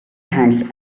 hands